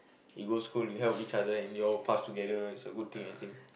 you go school you help each other and you all will pass together it's a good thing I think